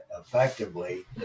effectively